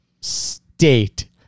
state